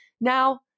Now